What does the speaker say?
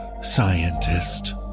scientist